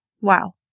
wow